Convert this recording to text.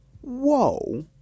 Whoa